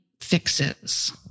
fixes